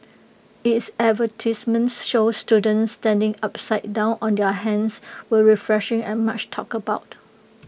its advertisements showing students standing upside down on their hands were refreshing and much talked about